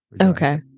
okay